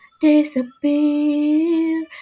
disappear